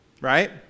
Right